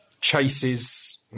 chases